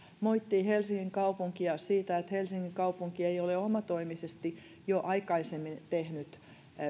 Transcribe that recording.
moittii helsingin kaupunkia siitä että helsingin kaupunki ei ole omatoimisesti jo aikaisemmin tehnyt